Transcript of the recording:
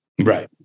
Right